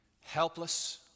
helpless